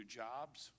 jobs